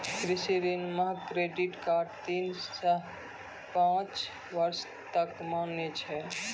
कृषि ऋण मह क्रेडित कार्ड तीन सह पाँच बर्ष तक मान्य छै